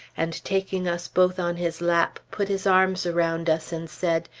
and taking us both on his lap put his arms around us and said,